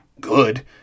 good